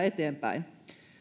eteenpäin